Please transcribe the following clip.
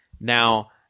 Now